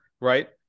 right